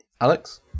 Alex